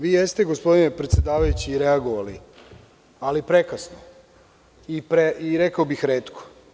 Vi jeste, gospodine predsedavajući reagovali, ali prekasno i rekao bih retko.